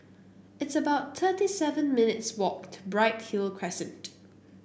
it's about thirty seven minutes' walk to Bright Hill Crescent